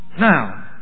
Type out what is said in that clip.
Now